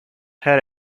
her